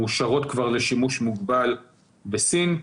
מאושרות כבר לשימוש מוגבל בסין.